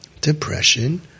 depression